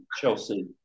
Chelsea